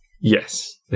Yes